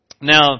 Now